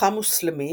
חכם מוסלמי,